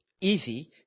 easy